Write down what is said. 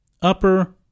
Upper